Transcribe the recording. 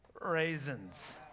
raisins